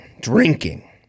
drinking